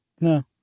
no